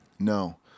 No